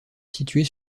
situées